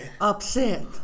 upset